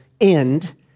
end